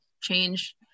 change